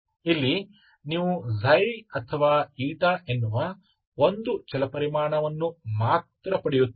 ಇಲ್ಲಿ ನೀವು ξ ಅಥವಾ η ಎನ್ನುವ ಒಂದು ಚಲಪರಿಮಾಣವನ್ನು ಮಾತ್ರ ಪಡೆಯುತ್ತೀರಿ